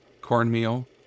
Cornmeal